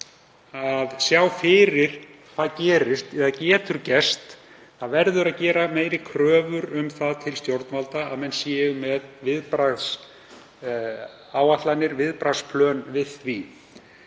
að sjá fyrir hvað gerist eða getur gerst. Það verður að gera meiri kröfur um það til stjórnvalda að menn séu með viðbragðsáætlanir, viðbragðsplön við því.